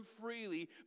freely